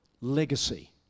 legacy